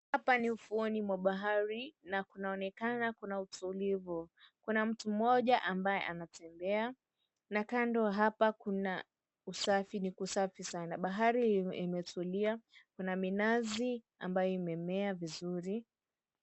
Hapa ni ufuoni mwa bahari na kunaonekana kuna utulivu, kuna mtu mmoja ambaye anatembea na kando hapa kuna usafi, ni kusafi sana bahari imetulia na minazi ambayo imemea vizuri.